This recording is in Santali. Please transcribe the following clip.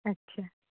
ᱟᱪᱪᱷᱟ